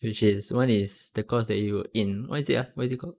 which is one is the course that you're in what is it ah what is it called